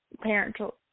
parental